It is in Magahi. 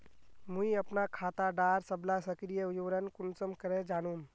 मुई अपना खाता डार सबला सक्रिय विवरण कुंसम करे जानुम?